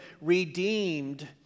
redeemed